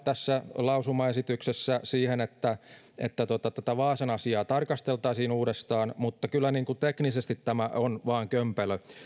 tässä lausumaesityksessä suhtaudutaan positiivisesti siihen että että tätä vaasan asiaa tarkasteltaisiin uudestaan mutta kyllä tämä vain on teknisesti kömpelö